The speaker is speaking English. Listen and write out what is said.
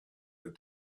that